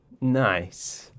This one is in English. Nice